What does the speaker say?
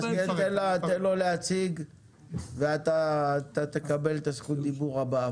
תן לו להציג, ואתה תקבל את זכות הדיבור הבאה.